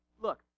look